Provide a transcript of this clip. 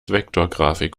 vektorgrafik